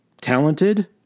talented